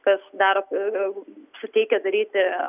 kas daro ir suteikia daryti